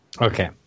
Okay